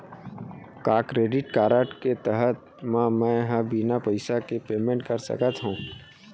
का credit card के रहत म, मैं ह बिना पइसा के पेमेंट कर सकत हो?